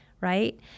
right